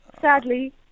sadly